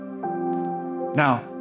Now